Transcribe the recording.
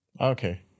okay